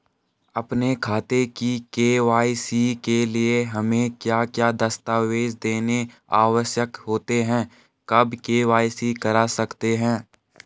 अपने खाते की के.वाई.सी के लिए हमें क्या क्या दस्तावेज़ देने आवश्यक होते हैं कब के.वाई.सी करा सकते हैं?